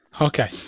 Okay